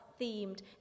themed